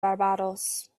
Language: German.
barbados